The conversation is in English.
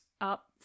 up